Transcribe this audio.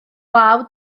law